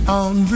on